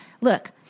Look